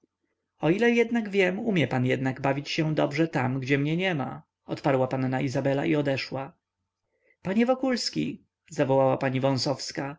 o ile wiem umie pan jednak bawić się dobrze tam gdzie mnie niema odparła panna izabela i odeszła panie wokulski zawołała pani